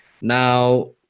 Now